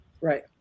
right